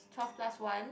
twelve plus one